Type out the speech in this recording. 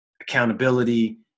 accountability